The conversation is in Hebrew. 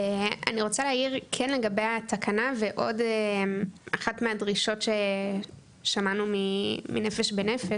אני רוצה להעיר כן לגבי התקנה ועוד אחת מהדרישות ששמענו מנפש בנפש,